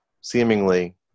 seemingly